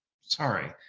Sorry